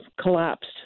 collapsed